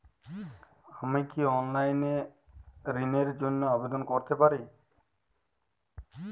আমি কি অনলাইন এ ঋণ র জন্য আবেদন করতে পারি?